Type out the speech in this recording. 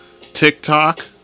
TikTok